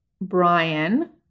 Brian